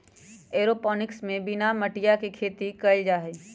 aeroponics में बिना मटिया के खेती कइल जाहई